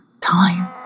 time